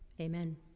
Amen